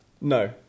No